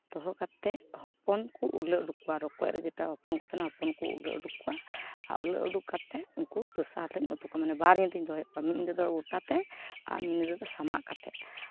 ᱫᱚᱦᱚ ᱠᱟᱛᱮᱫ ᱦᱚᱯᱚᱱᱠᱚ ᱩᱞᱟᱹ ᱩᱰᱩᱠ ᱠᱚᱣᱟ ᱨᱚᱠᱚᱡ ᱨᱮ ᱡᱮᱴᱟ ᱦᱚᱯᱚᱱ ᱠᱚ ᱛᱟᱦᱮᱱᱟ ᱦᱚᱯᱚᱱ ᱠᱚ ᱩᱞᱟᱹ ᱩᱰᱩᱠ ᱠᱚᱣᱟ ᱟᱨ ᱩᱞᱟᱹ ᱩᱰᱩᱠ ᱠᱟᱛᱮᱜ ᱩᱱᱠᱩ ᱫᱚᱥᱟᱨ ᱦᱤᱞᱳᱜ ᱩᱛᱩ ᱠᱚᱣᱟ ᱢᱟᱱᱮ ᱵᱟᱨ ᱧᱤᱫᱟᱹᱧ ᱫᱚᱦᱚᱭᱮᱫ ᱠᱚᱣᱟ ᱢᱤᱫ ᱧᱤᱫᱟᱹ ᱫᱚ ᱜᱳᱴᱟ ᱛᱮ ᱟᱨ ᱢᱤᱫ ᱧᱤᱫᱟᱹ ᱫᱚ ᱥᱟᱢᱟᱜ ᱠᱟᱛᱮᱫ